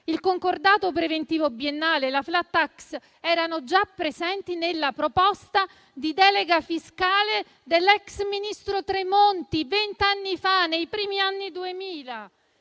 il concordato preventivo biennale e la *flat tax* erano già presenti nella proposta di delega fiscale dell'ex ministro Tremonti vent'anni fa, nei primi anni 2000.